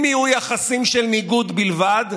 אם יהיו יחסים של ניגוד בלבד,